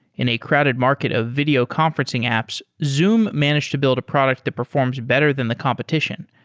in a crowded market of video conferencing apps, zoom managed to build a product that performs better than the competition.